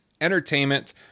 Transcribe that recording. entertainment